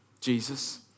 Jesus